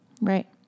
Right